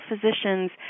physicians